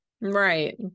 Right